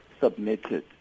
submitted